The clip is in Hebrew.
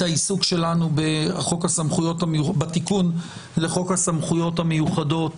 העיסוק שלנו בתיקון לחוק הסמכויות המיוחדות